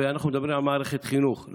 ואנחנו מדברים על מערכת חינוך.